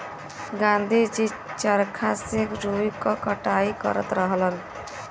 गाँधी जी चरखा से रुई क कटाई करत रहलन